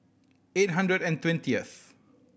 eight hundred and twentieth